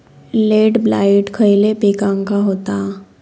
Late blight खयले पिकांका होता?